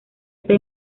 está